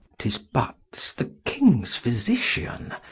tis buts. the kings physitian,